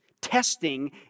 Testing